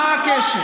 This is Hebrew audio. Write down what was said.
מה הקשר?